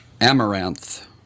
Amaranth